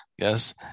Yes